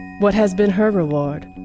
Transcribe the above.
what has been her reward?